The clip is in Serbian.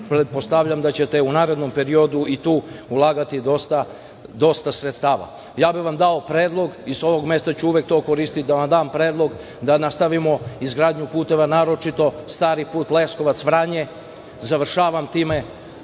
pretpostavljam da ćete u narednom periodu i tu ulagati dosta sredstava. Ja bih vam dao predlog, i sa ovog mesta ću uvek to koristiti da vam dam predlog, da nastavimo izgradnju puteva, naročito stari put Leskovac-Vranje. Završavam time,